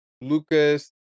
Lucas